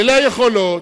אלה האפשרויות,